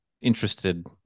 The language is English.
interested